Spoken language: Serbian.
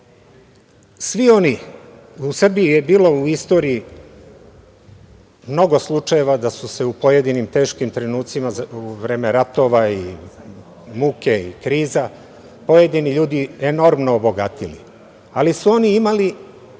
zakonima.U Srbiji je bilo u istoriji mnogo slučajeva da su se u pojedinim teškim trenucima u vreme ratova, muke i kriza pojedini ljudi enormno obogatili, ali su oni imali